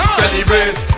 celebrate